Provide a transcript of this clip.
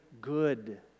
good